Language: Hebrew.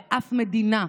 באף מדינה,